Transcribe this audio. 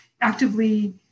actively